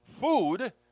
food